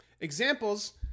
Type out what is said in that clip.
Examples